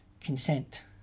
consent